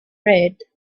red